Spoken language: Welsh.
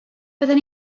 bydden